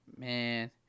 Man